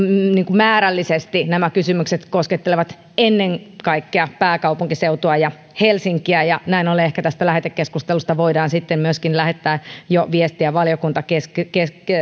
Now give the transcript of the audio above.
määrällisesti nämä kysymykset koskettelevat ennen kaikkea pääkaupunkiseutua ja helsinkiä ja näin ollen ehkä tästä lähetekeskustelusta voidaan sitten myöskin lähettää jo viestiä valiokuntakäsittelyyn